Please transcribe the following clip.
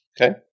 Okay